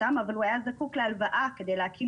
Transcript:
אבל הוא היה זקוק להלוואה כדי להקים